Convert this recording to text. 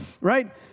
right